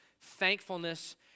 thankfulness